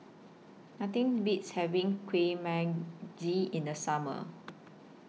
Nothing Beats having Kueh Manggis in The Summer